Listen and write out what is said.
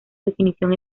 definición